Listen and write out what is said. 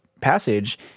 passage